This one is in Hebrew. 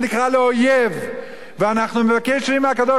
ואנחנו מבקשים מהקדוש-ברוך-הוא לפני ימי החורבן,